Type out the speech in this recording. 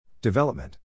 Development